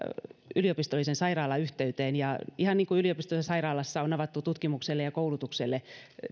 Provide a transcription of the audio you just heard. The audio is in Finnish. yliopistollisen sairaalan yhteyteen ja ihan niin kuin yliopistollisessa sairaalassa on avattu tutkimukselle ja koulutukselle